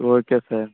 okay sir